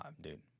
dude